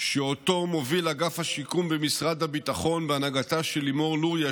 שאותו מוביל אגף השיקום במשרד הביטחון בהנהגתה של לימור לוריא,